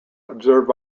observed